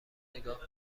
نگاه